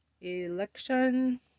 election